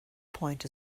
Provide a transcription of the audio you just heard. point